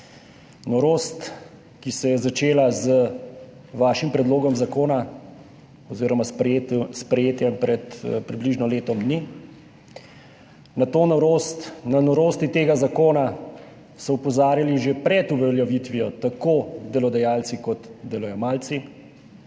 norost, ki se je začela z vašim predlogom zakona oziroma s sprejetjem pred približno letom dni. Na to norost, na norosti tega zakona so opozarjali že pred uveljavitvijo tako delodajalci kot delojemalci.